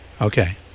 okay